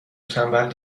تنبل